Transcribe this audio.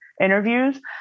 interviews